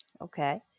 Okay